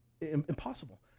impossible